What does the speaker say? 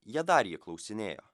jie dar jį klausinėjo